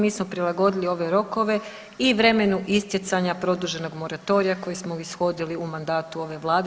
Mi smo prilagodili ove rokove i vremenu istjecanja produženog moratorija kojeg smo ishodili u mandatu ove vlade.